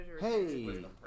Hey